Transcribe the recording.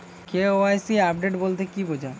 KYC update বলতে কি বোঝায়?